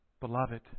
Beloved